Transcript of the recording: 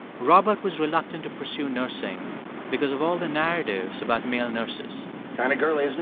robert was reluctant to pursue nursing because of all the narratives about male nurses kind of girly, isn't